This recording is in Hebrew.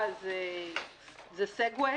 בסאגווי,